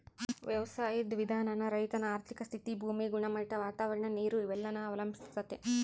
ವ್ಯವಸಾಯುದ್ ವಿಧಾನಾನ ರೈತನ ಆರ್ಥಿಕ ಸ್ಥಿತಿ, ಭೂಮಿ ಗುಣಮಟ್ಟ, ವಾತಾವರಣ, ನೀರು ಇವೆಲ್ಲನ ಅವಲಂಬಿಸ್ತತೆ